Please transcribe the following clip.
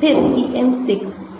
फिर PM 6